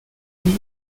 nez